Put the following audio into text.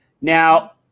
Now